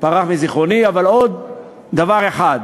פרח מזיכרוני, אבל עוד דבר אחד.